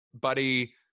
Buddy